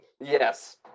Yes